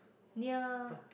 near